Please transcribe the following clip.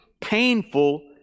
painful